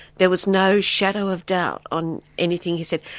there was no shadow of doubt on anything he said.